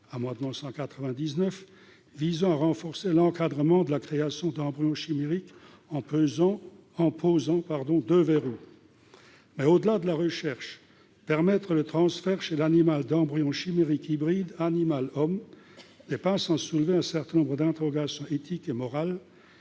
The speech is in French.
l'amendement COM-199, qui vise à renforcer l'encadrement de la création d'embryons chimériques en posant deux verrous. Au-delà de la recherche, le transfert chez l'animal d'embryons chimériques hybrides animal-homme n'est pas sans soulever un certain nombre d'interrogations éthiques et morales